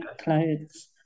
clothes